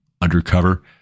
undercover